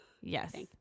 Yes